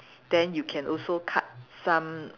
then you can also cut some